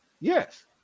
Yes